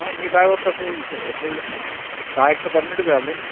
हो मी ड्राइव्हर तर सोल सो सोडलं नाही सहा एक तर परमिटच आहे आपल्याला